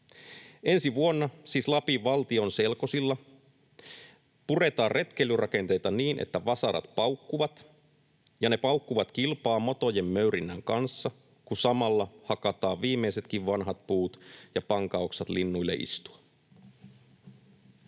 Ensi vuonna siis Lapin valtion selkosilla puretaan retkeilyrakenteita niin, että vasarat paukkuvat, ja ne paukkuvat kilpaa motojen möyrinnän kanssa, kun samalla hakataan viimeisetkin vanhat puut ja pankaoksat linnuille istua.